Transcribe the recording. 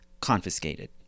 confiscated